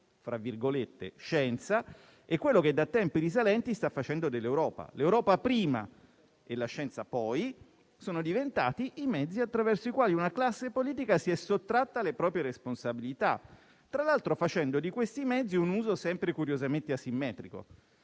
ha fatto della "scienza" e quello che da tempi risalenti sta facendo dell'Europa: l'Europa, prima, e la scienza, poi, sono diventati i mezzi attraverso i quali una classe politica si è sottratta alle proprie responsabilità, tra l'altro facendo di questi mezzi un uso sempre curiosamente asimmetrico.